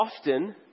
often